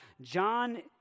John